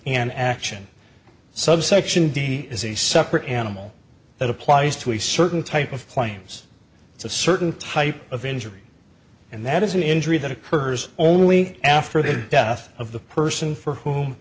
an action subsection d is a separate animal that applies to a certain type of claims it's a certain type of injury and that is an injury that occurs only after the death of the person for whom